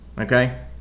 Okay